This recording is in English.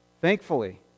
Thankfully